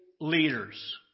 leaders